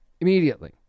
immediately